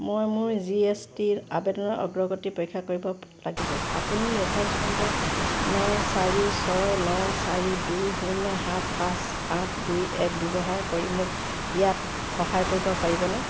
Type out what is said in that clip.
মই মোৰ G S T আবেদনৰ অগ্ৰগতি পৰীক্ষা কৰিব লাগিব আপুনি ৰেফাৰেন্স নম্বৰ ন চাৰি ছয় ন চাৰি দুই শূন্য সাত পাঁচ আঠ দুই এক ব্যৱহাৰ কৰি মোক ইয়াত সহায় কৰিব পাৰিবনে